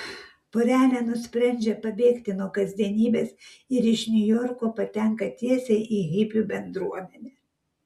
porelė nusprendžia pabėgti nuo kasdienybės ir iš niujorko patenka tiesiai į hipių bendruomenę